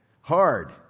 hard